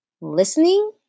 Listening